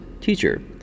Teacher